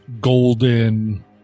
golden